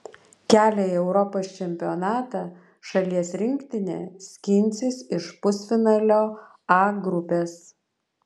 kelią į europos čempionatą šalies rinktinė skinsis iš pusfinalio a grupės